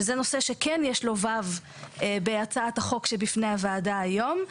שזה נושא שכן יש לו וו בהצעת החוק שבפני הוועדה היום.